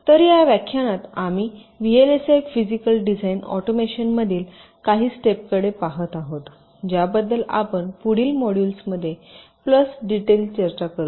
तर या व्याख्यानात आम्ही व्हीएलएसआय फिजीकल डिझाइन ऑटोमेशनमधील काही स्टेपकडे पाहत आहोत ज्याबद्दल आपण पुढील मॉड्यूल्समध्ये प्लस डिटेल चर्चा करू